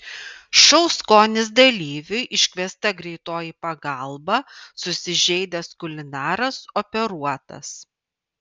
šou skonis dalyviui iškviesta greitoji pagalba susižeidęs kulinaras operuotas